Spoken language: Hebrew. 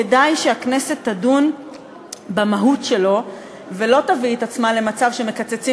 כדאי שהכנסת תדון במהות שלו ולא תביא את עצמה למצב שמקצצים